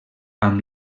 amb